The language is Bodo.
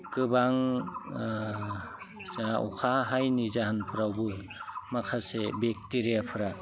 गोबां जा अखा हायिनि जाहोनफ्रावबो माखासे बेक्टेरियाफोरा